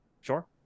Sure